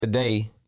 Today